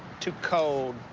too cold.